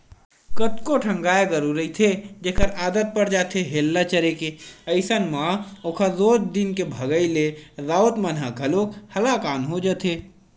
कतको ठन गाय गरु रहिथे जेखर आदत पर जाथे हेल्ला चरे के अइसन म ओखर रोज दिन के भगई ले राउत मन ह घलोक हलाकान हो जाथे